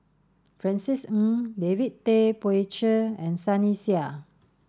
Francis Ng David Tay Poey Cher and Sunny Sia